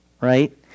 Right